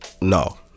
No